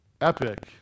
epic